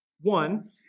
One